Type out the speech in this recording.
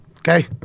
Okay